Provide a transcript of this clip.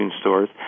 stores